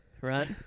right